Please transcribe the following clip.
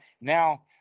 now